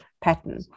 pattern